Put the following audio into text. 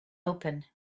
open